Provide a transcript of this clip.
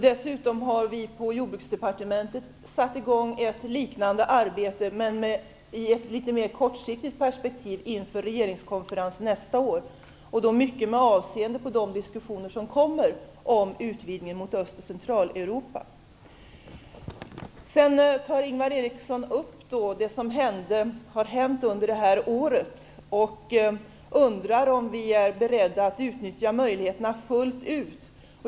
Dessutom har vi på Jordbruksdepartementet satt i gång ett liknande arbete - men i ett litet mer kortsiktigt perspektiv - inför regeringskonferensen nästa år, mycket då med avseende på diskussioner som kommer om utvidgningen mot Öst och Centraleuropa. Sedan tog Ingvar Eriksson upp mycket av det som hade hänt under året. Han undrade om vi var beredda att utnyttja möjligheterna fullt ut.